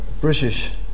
British